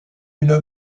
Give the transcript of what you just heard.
une